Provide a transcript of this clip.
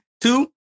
Two